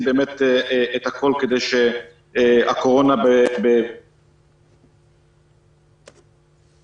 באמת את הכל כדי שהקורונה -- -מנסים עם ראשי הדת,